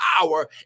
power